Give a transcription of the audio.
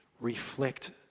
reflect